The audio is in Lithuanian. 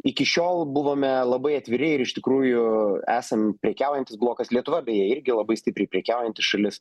iki šiol buvome labai atviri ir iš tikrųjų esam prekiaujantis blokas lietuva beje irgi labai stipriai prekiaujanti šalis